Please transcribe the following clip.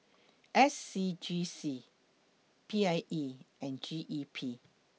S C G C P I E and G E P